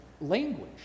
language